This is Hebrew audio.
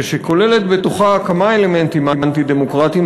ושכוללת בתוכה כמה אלמנטים אנטי-דמוקרטיים,